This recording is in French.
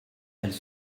elles